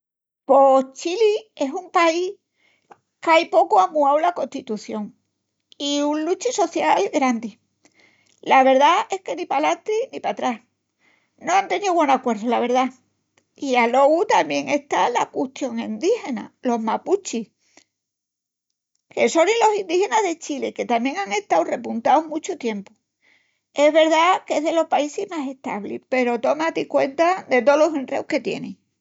Pos Chili es un país qu'ai pocu qu'án muau la Costitución i un luchi social grandi. La verdá es que ni palantri ni patrás. No án teníu güen acuerdu la verdá. I alogu tamién está la custión endígena, los mapuchis, que sonin los endígenas de Chili i que tamién án estau repuntaus muchu tiempu. Es verdá qu'es delos paísis má establis peru toma-ti cuenta de tolos enreus que tienin abiertus ogañu.